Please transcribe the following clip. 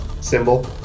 symbol